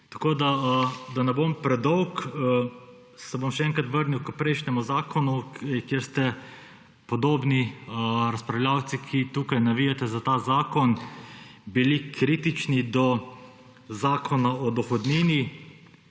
Da ne bom predolg, se bom še enkrat vrnil k prejšnjemu zakonu, kjer ste podobni razpravljavci, ki tukaj navijate za ta zakon, bili kritični do Zakona o dohodnini,